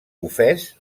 ofès